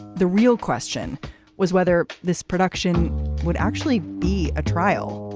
the real question was whether this production would actually be a trial.